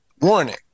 warning